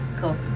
Cool